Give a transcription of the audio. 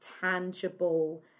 tangible